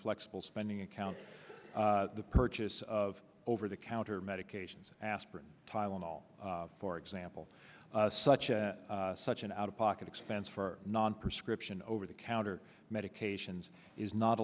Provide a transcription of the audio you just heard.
flexible spending account the purchase of over the counter medications aspirin tylenol for example such as such an out of pocket expense for non prescription over the counter medications is not